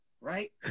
right